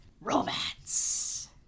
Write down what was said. romance